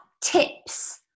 tips